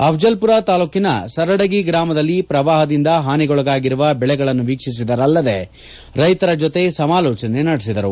ಅಫಜಲ್ಪುರ ತಾಲೂಕಿನ ಸರಡಗಿ ಗ್ರಾಮದಲ್ಲಿ ಪ್ರವಾಹದಿಂದ ಹಾನಿಗೊಳಗಾಗಿರುವ ಬೆಳೆಗಳನ್ನು ವೀಕ್ಷಿಸಿದರಲ್ಲದೆ ರೈತರ ಜೊತೆ ಸಮಾಲೋಚನೆ ನಡೆಸಿದರು